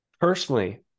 personally